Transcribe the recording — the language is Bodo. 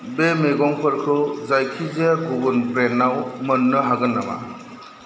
बे मैगंफोरखौ जायखिजाया गुबुन ब्रेन्डाव मोन्नो हागोन नामा